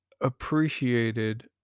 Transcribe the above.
appreciated